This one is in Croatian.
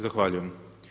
Zahvaljujem.